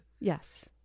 Yes